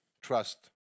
trust